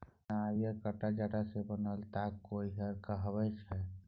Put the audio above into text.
नारियरक जट्टा सँ बनल ताग कोइर कहाबै छै